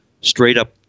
straight-up